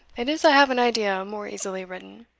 it is, i have an idea, more easily written.